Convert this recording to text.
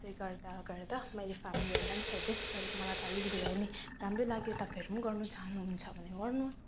त्यस्तै गर्दा गर्दा मैले फेमिलीहरूलाई पनि सजेस्ट गरेँ कि मलाई त अलिकति भए पनि राम्रै लाग्यो तपाईँहरू पनि गर्नु चाहनुहुन्छ भने गर्नुहोस्